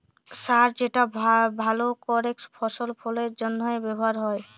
সার যেটা ভাল করেক ফসল ফললের জনহে ব্যবহার হ্যয়